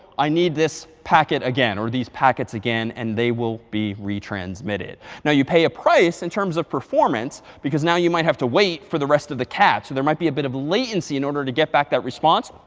i need this packet again or these packets again, and they will be retransmitted. now, you pay a price in terms of performance, because now you might have to wait for the rest of the cat. so there might be a bit of a latency in order to get back that response.